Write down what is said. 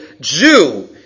Jew